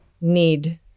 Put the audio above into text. Need